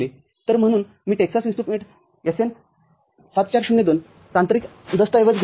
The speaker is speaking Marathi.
म्हणून मी टेक्सास इन्स्ट्रुमेंटपासून SN ७४०२ तांत्रिक दस्तऐवज घेतले आहे